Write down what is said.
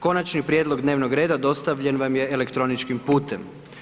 Konačni prijedlog dnevnog reda dostavljen vam je elektroničkim putem.